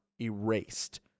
erased